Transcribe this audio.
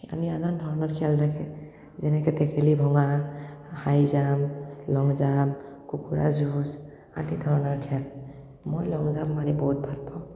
আদি নানান ধৰণৰ খেল থাকে যেনে টেকেলি ভঙা হাই জাঁপ লং জাঁপ কুকুৰা যুঁজ আদি ধৰণৰ খেল মই লং জাঁপ মাৰি বহুত ভাল পাওঁ